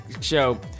show